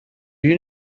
you